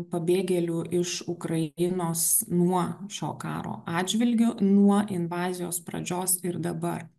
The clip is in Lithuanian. pabėgėlių iš ukrainos nuo šio karo atžvilgiu nuo invazijos pradžios ir dabar